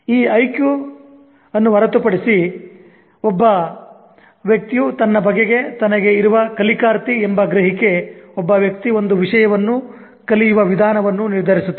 ಈ IQ ಅನ್ನು ಹೊರತುಪಡಿಸಿ ಒಬ್ಬ ವ್ಯಕ್ತಿಯು ತನ್ನ ಬಗೆಗೆ ತನಗೆ ಇರುವ ಕಲಿಕಾರ್ಥಿ ಎಂಬ ಗ್ರಹಿಕೆ ಒಬ್ಬ ವ್ಯಕ್ತಿ ಒಂದು ವಿಷಯವನ್ನು ಕಲಿಯುವ ವಿಧಾನವನ್ನು ನಿರ್ಧರಿಸುತ್ತದೆ